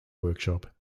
workshop